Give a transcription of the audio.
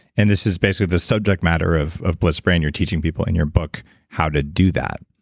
and this is basically the subject matter of of bliss brain. you're teaching people in your book how to do that